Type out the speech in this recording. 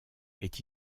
est